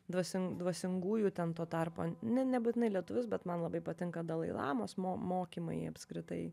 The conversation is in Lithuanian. dvasin dvasingųjų ten tuo tarpu ne nebūtinai lietuvius bet man labai patinka dalai lamos mo mokymai apskritai